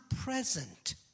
present